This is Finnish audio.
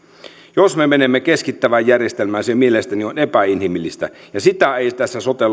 jos me menemme keskittävään järjestelmään se mielestäni on epäinhimillistä ja sitä ei tässä sote